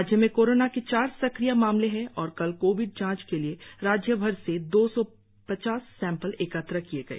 राज्य में कोरोना के चार सक्रिय मामले है और कल कोविड जाच के लिए राज्य भर से दो सौ पचास सैंपल एकत्र किए गए